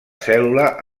cèl·lula